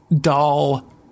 doll